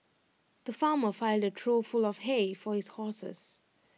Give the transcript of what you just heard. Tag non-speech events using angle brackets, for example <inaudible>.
the farmer filled A trough full of hay for his horses <noise>